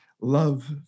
love